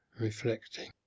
reflecting